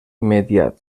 immediat